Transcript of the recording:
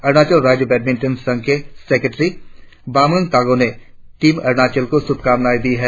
अरुणाचल राज्य बैडमिंटन संघ के सेक्रेट्री बामांग तागो ने टीम अरुणाचल को शुभकामनाएं दी है